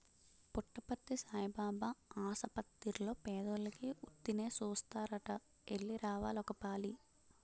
పుట్టపర్తి సాయిబాబు ఆసపత్తిర్లో పేదోలికి ఉత్తినే సూస్తారట ఎల్లి రావాలి ఒకపాలి